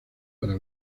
para